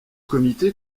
comité